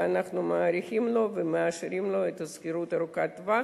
ואנחנו מאריכים לו ומאשרים לו שכירות ארוכת טווח,